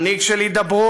מנהיג של הידברות,